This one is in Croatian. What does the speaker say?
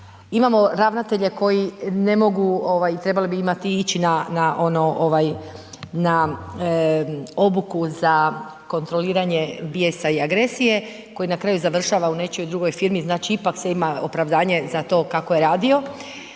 imamo ravnatelje koji ne mogu, ovaj trebali bi imati, ići na, na, ono, ovaj, na obuku za kontroliranje bijesa i agresije koji na kraju završava u nečijoj drugoj firmi, znači ipak se ima opravdanje za to kako je radio,